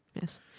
Yes